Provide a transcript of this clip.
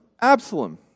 Absalom